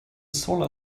solar